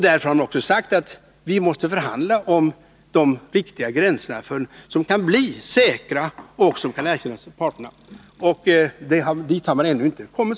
Därför har man också sagt: Vi vill förhandla om de riktiga gränserna som kan bli säkra och som kan erkännas av parterna. Så långt har man ännu inte kommit.